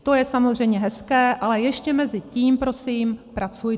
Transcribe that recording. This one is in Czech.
To je samozřejmě hezké, ale ještě mezitím prosím pracujte.